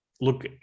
look